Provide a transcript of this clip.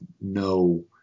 no